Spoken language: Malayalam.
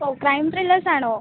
ഓ ക്രൈം ത്രില്ലേഴ്സ് ആണോ